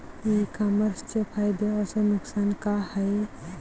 इ कामर्सचे फायदे अस नुकसान का हाये